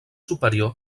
superior